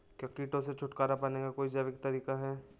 क्या कीटों से छुटकारा पाने का कोई जैविक तरीका है?